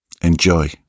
Enjoy